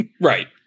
Right